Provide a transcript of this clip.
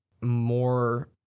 more